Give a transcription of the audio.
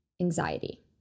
anxiety